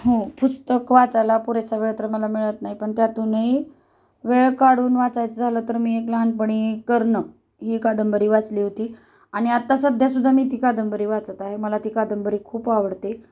हो पुस्तक वाचायला पुरेसा वेळ तर मला मिळत नाही पण त्यातूनही वेळ काढून वाचायचं झालं तर मी एक लहानपणी कर्ण ही कादंबरी वाचली होती आणि आता सध्यासुद्धा मी ती कादंबरी वाचत आहे मला ती कादंबरी खूप आवडते